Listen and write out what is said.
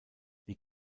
die